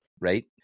right